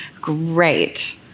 great